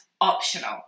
optional